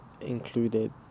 included